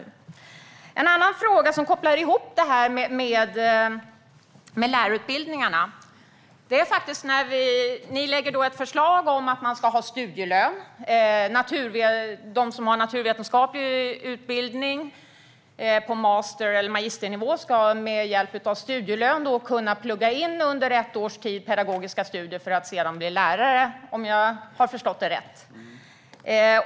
Jag har en annan fråga som hänger ihop med lärarutbildningarna. Ni lägger fram ett förslag om studielön; de som har naturvetenskaplig utbildning, på master eller magisternivå, ska med hjälp av studielön kunna plugga in pedagogiska studier under ett års tid för att bli lärare - om jag har förstått det rätt.